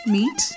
Meet